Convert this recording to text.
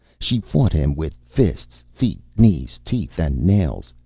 she fought him with fists, feet, knees, teeth and nails,